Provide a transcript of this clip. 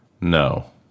No